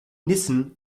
nissen